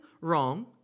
wrong